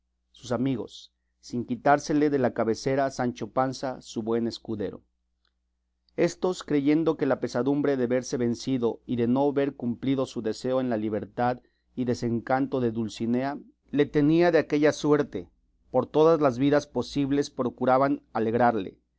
sus amigos sin quitársele de la cabecera sancho panza su buen escudero éstos creyendo que la pesadumbre de verse vencido y de no ver cumplido su deseo en la libertad y desencanto de dulcinea le tenía de aquella suerte por todas las vías posibles procuraban alegrarle